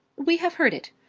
we have heard it.